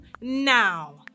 now